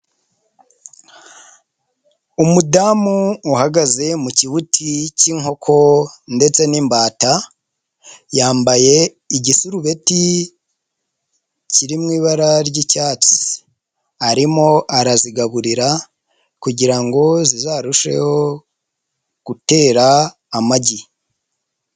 Umudamu uhagaze mu kibuti cy'inkoko ndetse n'imbata, yambaye igisurubeti kiri mu ibara ry'icyatsi, arimo arazigaburira kugira ngo zizarusheho gutera amagi.